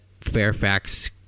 Fairfax